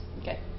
Okay